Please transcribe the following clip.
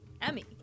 Emmy